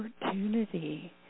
opportunity